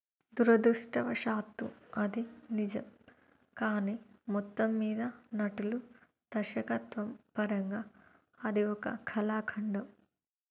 దురదృష్టవశాత్తూ అది నిజం కానీ మొత్తం మీద నటులు దర్శకత్వం పరంగా అది ఒక కళాఖండం